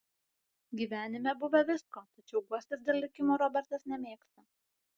gyvenime buvę visko tačiau guostis dėl likimo robertas nemėgsta